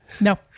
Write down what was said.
No